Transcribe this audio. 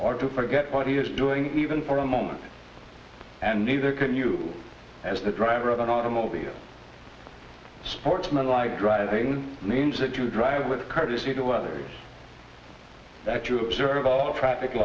or to forget what he is doing even for a moment and neither can you as the driver of an automobile sportsmanlike driving names that you drive with courtesy to others that you observe all traffic